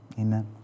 amen